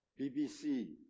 BBC